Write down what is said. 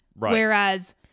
Whereas